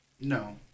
No